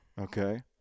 Okay